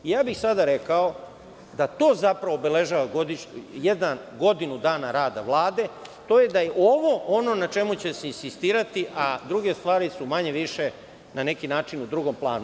Sada bih rekao da to, zapravo, obeležava godinu dana rada Vlade, to je da je ovo ono na čemu će se insistirati, a druge stvari su manje-više na neki način u drugom planu.